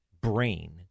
brain